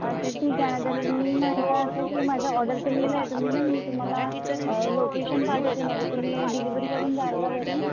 अच्छा ठीक आहे नाही तर मी म्हणते असं की माझं ऑर्डरचं लिहलं आहे तुम्ही ना मी तुम्हाला लोकेशन पाठवते माझं तुम्ही डिलिव्हरी करून द्याल का घरी